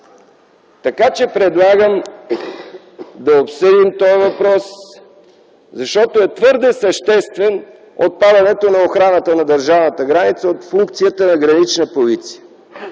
изпада. Предлагам да обсъдим този въпрос, защото е твърде съществен – отпадането на охраната на държавната граница от функцията на Гранична полиция.